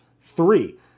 three